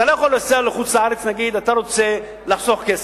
אתה נוסע לחוץ-לארץ, נגיד, אתה רוצה לחסוך כסף.